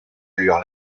allure